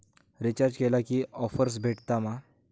Recharge केला की offers भेटात मा?